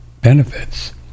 benefits